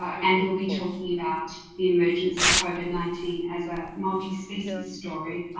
and he'll be talking about the emergence of covid nineteen as a multi-species story,